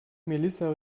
melissa